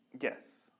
Yes